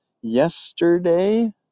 yesterday